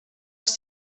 els